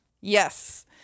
Yes